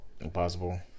Impossible